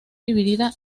dividida